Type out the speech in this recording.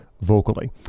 vocally